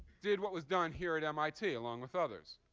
did what was done here at mit, along with others.